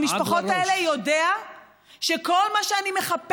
מי שמכיר את הקשר שלי עם המשפחות האלה יודע שכל מה שאני מחפשת